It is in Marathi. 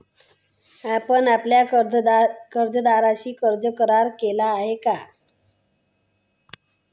आपण आपल्या कर्जदाराशी कर्ज करार केला आहे का?